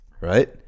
right